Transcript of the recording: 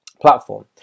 platform